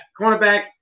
Cornerback